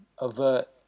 avert